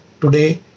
today